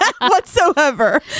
whatsoever